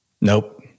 Nope